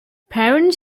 parents